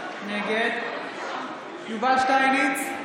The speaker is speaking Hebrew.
נגד יובל שטייניץ,